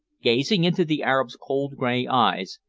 gazing into the arab's cold grey eyes,